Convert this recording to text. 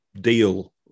deal